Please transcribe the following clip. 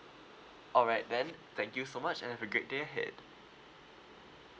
alright then thank you so much and have a great day ahead